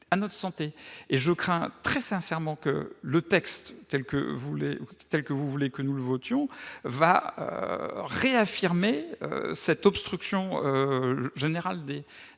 Je crains très sincèrement que le texte tel que vous voulez que nous le votions ne contribue à réaffirmer cette obstruction générale des grands